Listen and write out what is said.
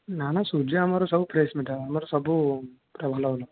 ନା ନା ସୁଜି ଆମର ସବୁ ଫ୍ରେସ ମିଠା ଆମର ସବୁ ପୁରା ଭଲ ଭଲ